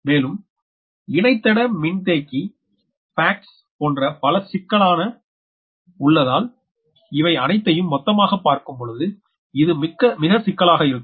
மேலும் இணைத்தட மின்தேக்கி FACTS போன்ற பல சிக்கலான உள்ளதால் இவை அனைத்தையும் மொத்தமாக பார்க்கும்பொழுது இது மிக சிக்களாக இருக்கும்